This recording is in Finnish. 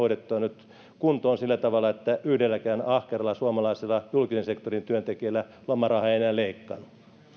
hoidettua nyt kuntoon sillä tavalla että yhdelläkään ahkeralla suomalaisella julkisen sektorin työntekijällä lomaraha ei enää leikkaannu